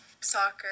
Soccer